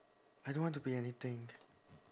I don't want to be anything